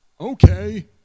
Okay